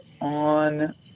on